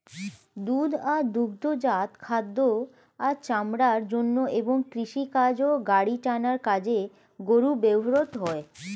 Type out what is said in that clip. দুধ ও দুগ্ধজাত খাদ্য ও চামড়ার জন্য এবং কৃষিকাজ ও গাড়ি টানার কাজে গরু ব্যবহৃত হয়